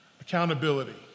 accountability